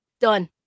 done